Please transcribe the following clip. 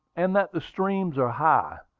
and that the streams are high.